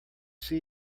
see